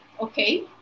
Okay